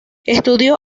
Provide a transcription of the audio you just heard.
estudió